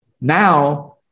now